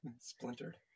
splintered